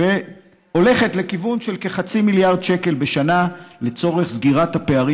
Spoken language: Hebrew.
והולכת לכיוון של כחצי מיליארד שקל בשנה לצורך סגירת הפערים